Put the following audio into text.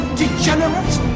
degenerate